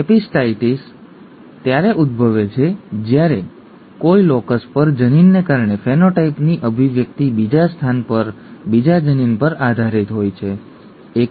epistasis ત્યારે ઉદ્ભવે છે જ્યારે કોઈ લોકસ પર જનીનને કારણે ફેનોટાઈપની અભિવ્યક્તિ બીજા સ્થાન પર બીજા જનીન પર આધારિત હોય છે ઠીક છે